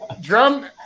Drum